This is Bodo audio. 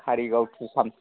खारिगाव